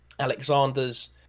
alexander's